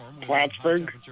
Plattsburgh